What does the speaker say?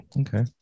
Okay